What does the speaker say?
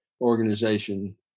organization